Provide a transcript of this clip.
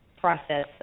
process